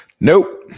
Nope